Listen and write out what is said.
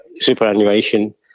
superannuation